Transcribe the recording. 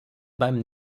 beim